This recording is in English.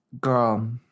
Girl